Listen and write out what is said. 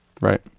Right